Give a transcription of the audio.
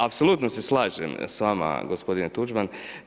Apsolutno se slažem s vama gospodine Tuđman.